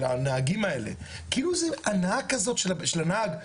הנהגים האלה כאילו זה הנאה כזאת של הנהג,